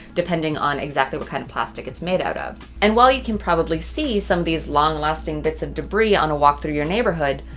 depending on exactly what kind of plastic it's made out of. and while you can probably see some of these long lasting bits of debris on a walk through your neighborhood,